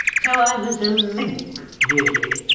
so i was a link really,